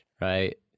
right